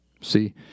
See